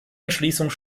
entschließung